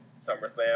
SummerSlam